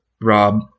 rob